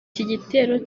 gitero